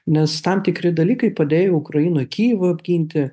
nes tam tikri dalykai padėjo ukrainoje kijevą apginti